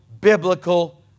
biblical